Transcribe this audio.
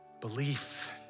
belief